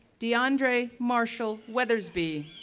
deandre marshall weathersby,